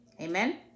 Amen